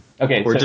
Okay